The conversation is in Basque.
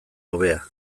hobea